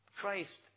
Christ